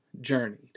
journeyed